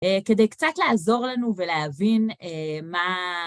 כדי קצת לעזור לנו ולהבין מה...